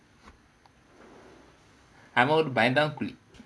அவன் அவன் அப்டித்தான் செய்வான் அவன் வந்து ரொம்ப:avan avan apdithaan seivaan avan vandhu romba